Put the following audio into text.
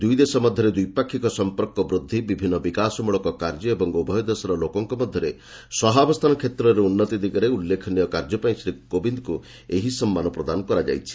ଦୁଇ ଦେଶ ମଧ୍ୟରେ ଦ୍ୱିପାକ୍ଷିକ ସମ୍ପର୍କ ବୃଦ୍ଧି ବିଭିନ୍ନ ବିକାଶ ମୂଳକ କାର୍ଯ୍ୟ ଏବଂ ଉଭୟ ଦେଶର ଲୋକଙ୍କ ମଧ୍ୟରେ ସହାବସ୍ଥାନ କ୍ଷେତ୍ରରେ ଉନ୍ନତି ଦିଗରେ ଉଲ୍ଲେଖନୀୟ କାର୍ଯ୍ୟ ପାଇଁ ଶ୍ରୀ କୋବିନ୍ଦଙ୍କୁ ଏହି ସମ୍ମାନ ପ୍ରଦାନ କରାଯାଇଛି